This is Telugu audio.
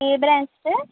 A branch sir